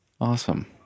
Awesome